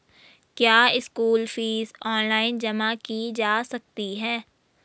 क्या school fees online जमा की जा सकती है?